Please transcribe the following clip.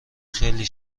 خیلی